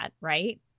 right